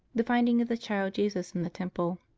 the finding of the child jesus in the temple.